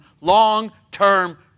long-term